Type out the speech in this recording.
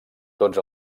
tots